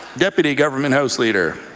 deputy government house leader.